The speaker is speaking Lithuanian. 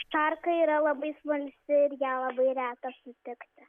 šarka yra labai smalsi ir ją labai reta sutikti